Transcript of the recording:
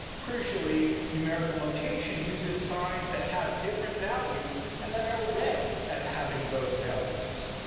crucially, numerical notation uses signs that have different values and that are read as having those values.